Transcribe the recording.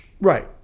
right